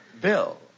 Bill